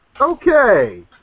Okay